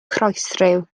croesryw